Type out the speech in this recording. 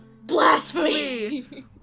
Blasphemy